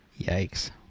Yikes